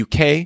UK